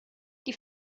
die